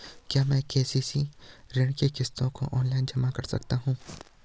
क्या मैं के.सी.सी ऋण की किश्तों को ऑनलाइन जमा कर सकता हूँ?